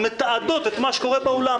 הן מתעדות את מה שקורה באולם?